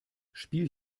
spiel